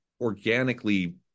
organically